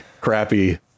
crappy